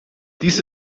dies